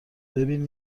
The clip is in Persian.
ببین